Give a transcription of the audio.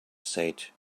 said